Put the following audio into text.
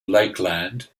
lakeland